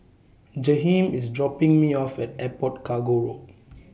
Jaheem IS dropping Me off At Airport Cargo Road